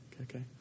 Okay